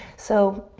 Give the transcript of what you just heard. so